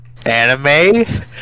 Anime